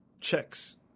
checks